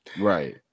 Right